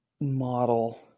model